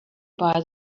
buy